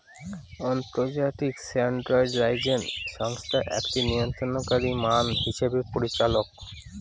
আন্তর্জাতিক স্ট্যান্ডার্ডাইজেশন সংস্থা একটি নিয়ন্ত্রণকারী মান হিসাব করার পরিচালক